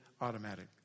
automatic